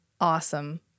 awesome